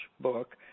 book